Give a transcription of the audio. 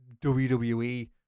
wwe